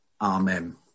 amen